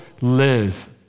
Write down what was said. live